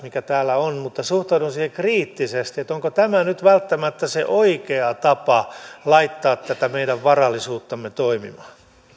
mikä täällä on mutta suhtaudun siihen kriittisesti onko tämä nyt välttämättä se oikea tapa laittaa tätä meidän varallisuuttamme toimimaan